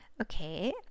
Okay